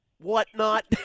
whatnot